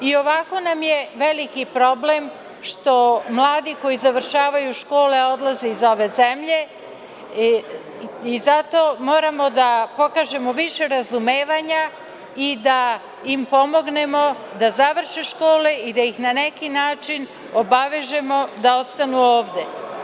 I ovako nam je veliki problem što mladi koji završavaju škole odlaze iz ove zemlje i zato moramo da pokažemo više razumevanja i da im pomognemo da završe škole i da ih na neki način obavežemo da ostanu ovde.